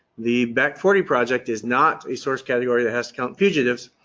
the back forty project is not a source category that has to count fugitives,